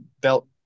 belt